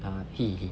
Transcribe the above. err he he